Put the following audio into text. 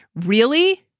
really.